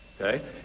okay